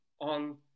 on